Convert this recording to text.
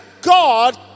God